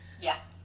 yes